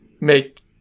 make